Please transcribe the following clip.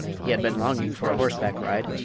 he had been longing for a horseback ride,